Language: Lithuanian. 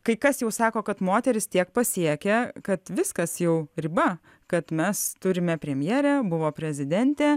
kai kas jau sako kad moterys tiek pasiekė kad viskas jau riba kad mes turime premjerę buvo prezidentė